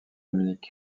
munich